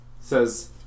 says